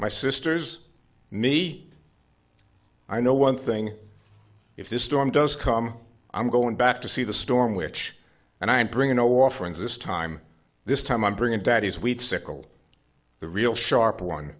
my sister's me i know one thing if this storm does come i'm going back to see the storm which and i'm bringing no offerings this time this time i'm bringing daddy's weed sickle the real sharp one